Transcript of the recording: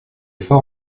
fort